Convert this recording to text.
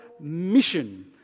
mission